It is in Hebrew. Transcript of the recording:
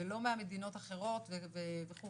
ולא מהמדינות האחרות וכו'.